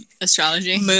Astrology